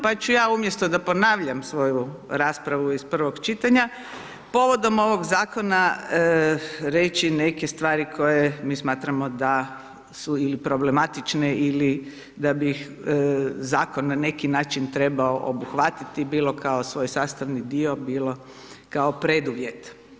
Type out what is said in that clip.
Pa ću ja umjesto da ponavljam svoju raspravu iz prvog čitanja, povodom ovog zakona reći neke stvari koje mi smatramo da su ili problematične ili da bi ih zakon na neki način trebao obuhvatiti bilo kao svoj sastavni dio, bilo kao preduvjet.